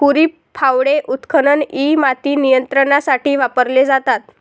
खुरपी, फावडे, उत्खनन इ माती नियंत्रणासाठी वापरले जातात